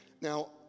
Now